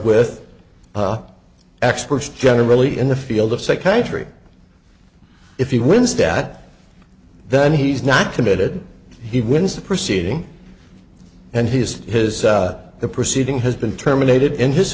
with the experts generally in the field of psychiatry if he wins that then he's not committed he wins the proceeding and he's his the proceeding has been terminated in his